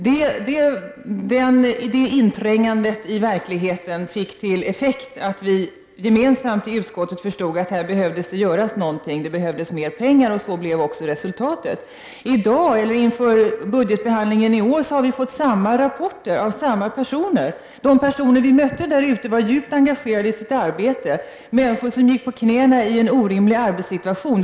Det inträngandet i verkligheten fick som effekt att vi gemensamt i utskottet förstod att det behövdes göras någonting här. Det behövdes mer pengar, och så blev också resultatet. Inför budgetbehandlingen i år har vi fått samma rapporter från samma personer. De personer vi mötte där ute var djupt engagerade i sitt arbete. Det var människor som gick på knäna i en orimlig arbetssituation.